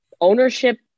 ownership